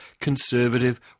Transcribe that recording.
conservative